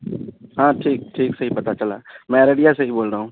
ہاں ٹھیک ٹھیک صحیح پتہ چلا میں رڈیا صحیح بول رہا ہوں